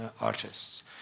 artists